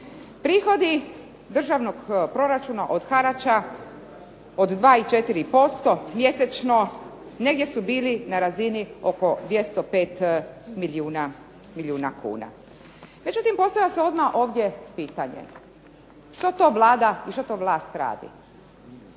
Prihodi državnog proračuna od harača od 2 i 4% mjesečno negdje su bili na razini oko 205 milijuna kuna. Međutim postavlja se odmah ovdje pitanje što to Vlada i što to vlast radi.